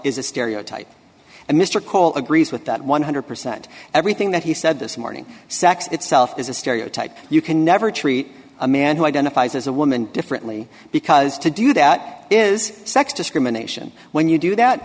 is a stereotype and mr cole agrees with that one hundred percent everything that he said this morning sex itself is a stereotype you can never treat a man who identifies as a woman differently because to do that is sex discrimination when you do that